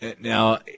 Now